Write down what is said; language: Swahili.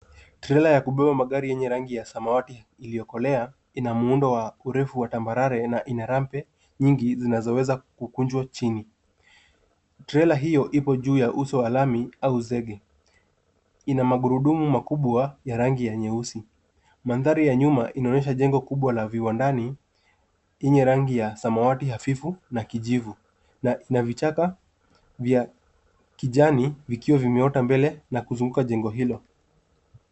Trela ya kubeba magari yenye rangi ya samawati iliyokolea ina muundo wa urefu wa tambarare na ina ramp nyingi zinazoweza kukunjwa chini. Trela hiyo ipo juu ya uso wa lami au zege. Ina magurudumu makubwa ya rangi ya nyeusi. Mandhari ya nyuma inaonyesha jengo kubwa la viwandani yenye rangi ya samawati hafifu na kijivu na ina vichaka vya kijani vikiwa vimeota mbele na kuzunguka jengo hilo.